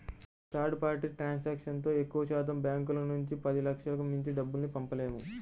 third party ట్రాన్సాక్షన్తో ఎక్కువశాతం బ్యాంకుల నుంచి పదిలక్షలకు మించి డబ్బుల్ని పంపలేము